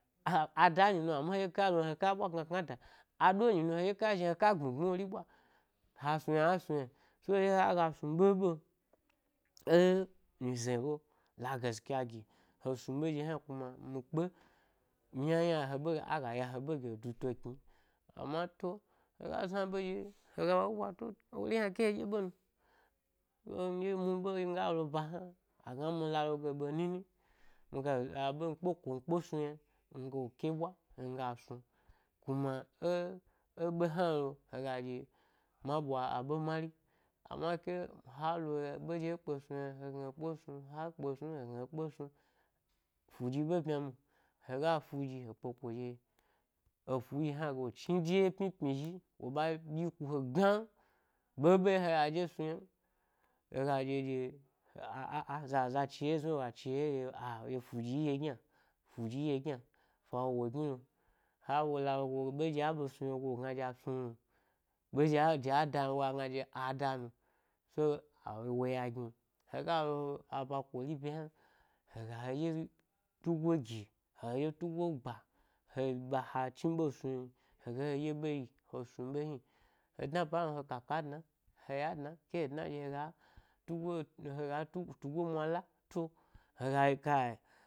Aha-a danyi no, amma hedye kalo yna he ka ɓwa kna kna da a do enyi no heɗye ka zhi yna he ka gbmi gbmi ẻ wori ɓwa, ha snu yna a snu, ynan, so ɗye haga gas nu ɓeɓe, ẻ nyize ɓe, la gaskya gi he snu ɓe ɗye hna, kuma mi kpe-yna yna he ɓe, ago yo he ɓe ɗye e duto knim, amma to, hega zna ɓe ɗye hega wo ɓwato wori hna ke heɗye ɓe n, so miɗye mi ɓe miga lo ba hna-agna ami la loge ɓe nini miga le da’ ɓe mi kpeko mi kpe snu ynâ migale keɓwa, nga snu, kuma ẻ ẻ be, hna lo, he ga ɗye, ma ɓwa a ɓe mari-amma ke, ha lo yna ɓeɗye he kpe snum yna hegna he kpe snu, ha kpe snum hegna he kpe snu, fudyi be ɓmya mwo, hega fuɗyi he kpeko ɗye, e fuɗye hna gala chni de wye pmyi pmyi zhi wo ɓa nyi ku he gnaw nu, ɓeɓe ye’o hega zhi he snu ynam, hega ɗye ɗye a, a, a, zaza chiheye zni woga chihe ye ɗye fuɗyi ɗye gyna, fadyi ɗye gyna, fawo wo gnilo, hawo la loɓo, ɓe ɗye a ɓe snuwo yna, woga le gna ɗye snu mwo, ɓedye a de a dan yna agale gna a da no, so, a wo ya gyno, hega lo, aba kiri bye hna, hego, he ɗye tugo gi, ha he ɗye tugo gba, he ɓa, he chni ɓe snu n, hega he ɗye ɓe yi he snu be hni, he dna ba hna lo he kaka dnan, he ya dnan ke he dna hega tugo, hega tugo tugomwa la tu’o hega ɗye kai.